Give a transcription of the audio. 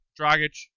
Dragic